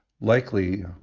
likely